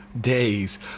days